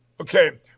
Okay